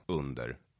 under-